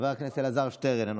חבר הכנסת אלעזר שטרן,